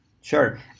Sure